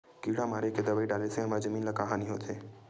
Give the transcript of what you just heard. किड़ा मारे के दवाई डाले से हमर जमीन ल का हानि होथे?